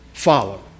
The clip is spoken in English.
Follow